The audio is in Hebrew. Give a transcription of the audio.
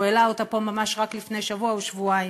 שהוא העלה אותה פה ממש רק לפני שבוע או שבועיים,